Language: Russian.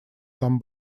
там